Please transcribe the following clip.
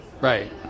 Right